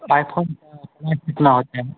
iPhone का price कितना होता है